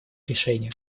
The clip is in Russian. решения